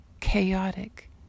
chaotic